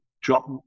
drop